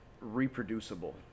reproducible